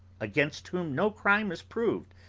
against whom no crime is proved,